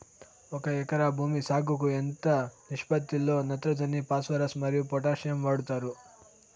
ఒక ఎకరా భూమి సాగుకు ఎంత నిష్పత్తి లో నత్రజని ఫాస్పరస్ మరియు పొటాషియం వాడుతారు